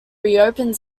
reopened